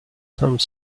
some